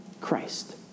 Christ